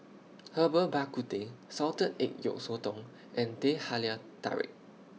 Herbal Bak Ku Teh Salted Egg Yolk Sotong and Teh Halia Tarik